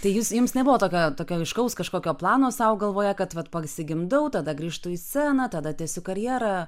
tai jūs jums nebuvo tokio tokio aiškaus kažkokio plano sau galvoje kad vat pasigimdau tada grįžtu į sceną tada tęsiu karjerą